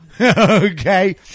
Okay